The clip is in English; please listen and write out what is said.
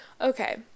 Okay